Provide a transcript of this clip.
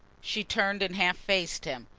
she turned and half-faced him.